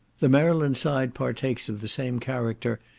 the maryland side partakes of the same character,